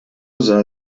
sah